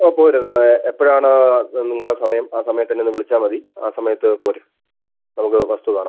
ആ പോര് നാളെ എപ്പഴാണ് നിങ്ങളുടെ സമയം ആ സമയത്ത് എന്നെ ഒന്ന് വിളിച്ചാൽ മതി ആ സമയത്ത് പോര് നമുക്ക് വസ്തു കാണാം